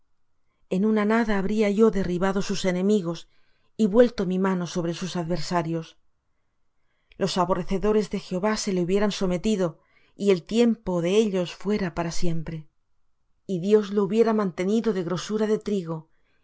en una nada habría yo derribado sus enemigos y vuelto mi mano sobre sus adversarios los aborrecedores de jehová se le hubieran sometido y el tiempo de ellos fuera para siempre y dios lo hubiera mantenido de grosura de trigo